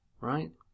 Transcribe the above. Right